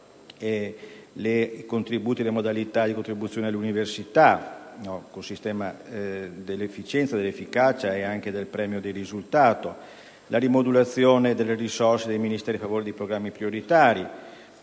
le modalità di contribuzione all'università, con un sistema dell'efficienza, dell'efficacia e anche un premio di risultato; la rimodulazione delle risorse dei Ministeri a favore di programmi prioritari,